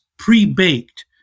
Pre-baked